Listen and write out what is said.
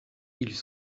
ils